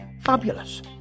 fabulous